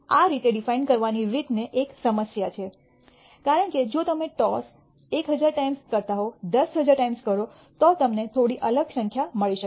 આ રીતે ડિફાઇન કરવાની રીત ને એક સમસ્યા છે કારણ કે જો તમે તે ટોસ 1000 ટાઈમ્સ કરતા 10000 ટાઈમ્સ કરો તો તમને થોડી અલગ સંખ્યા મળી શકે